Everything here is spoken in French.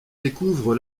découvre